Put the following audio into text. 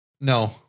No